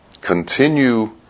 continue